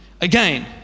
again